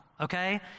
okay